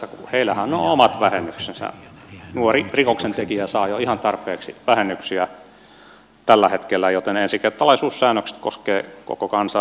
heillähän on omat vähennyksensä nuori rikoksentekijä saa jo ihan tarpeeksi vähennyksiä tällä hetkellä joten ensikertalaisuussäännökset koskevat koko kansaa